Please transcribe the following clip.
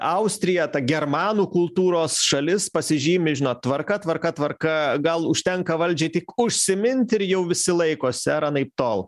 austrija ta germanų kultūros šalis pasižymi žinot tvarka tvarka tvarka gal užtenka valdžiai tik užsimint ir jau visi laikosi ar anaiptol